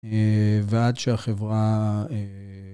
ועד שהחברה...